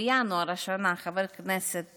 בינואר השנה חבר הכנסת